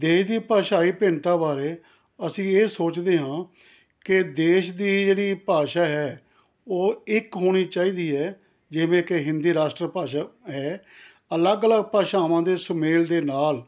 ਦੇਸ਼ ਦੀ ਭਾਸ਼ਾਈ ਭਿੰਨਤਾ ਬਾਰੇ ਅਸੀਂ ਇਹ ਸੋਚਦੇ ਹਾਂ ਕਿ ਦੇਸ਼ ਦੀ ਜਿਹੜੀ ਭਾਸ਼ਾ ਹੈ ਉਹ ਇੱਕ ਹੋਣੀ ਚਾਹੀਦੀ ਹੈ ਜਿਵੇਂ ਕਿ ਹਿੰਦੀ ਰਾਸ਼ਟਰ ਭਾਸ਼ਾ ਹੈ ਅਲੱਗ ਅਲੱਗ ਭਾਸ਼ਾਵਾਂ ਦੇ ਸੁਮੇਲ ਦੇ ਨਾਲ